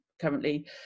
currently